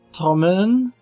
Tommen